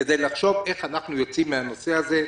כדי לחשוב איך אנחנו יוצאים מהנושא הזה.